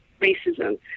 racism